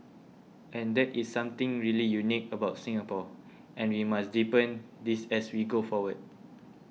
and that is something really unique about Singapore and we must deepen this as we go forward